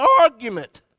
argument